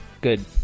Good